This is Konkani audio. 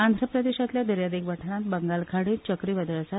आंध्र प्रदेशांतल्या दर्यादेग वाठारांत बंगाल खाडीत चक्रीवादळ आसा